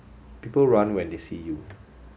people run when they see you